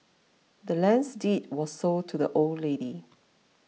the land's deed was sold to the old lady